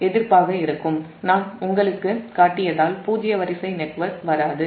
நான் அந்த Ia00 உங்களுக்குக் காட்டியதால் பூஜ்ஜிய வரிசை நெட்வொர்க் வராது